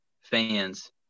fans